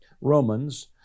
Romans